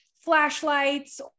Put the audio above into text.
flashlights